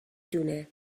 دونه